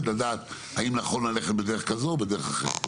ולדעת האם נכון ללכת בדרך כזו או בדרך אחרת.